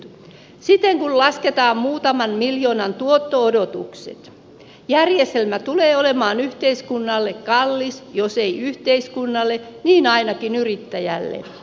siten kun lasketaan muutaman miljoonan tuotto odotukset järjestelmä tulee olemaan yhteiskunnalle kallis jos ei yhteiskunnalle niin ainakin yrittäjälle